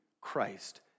Christ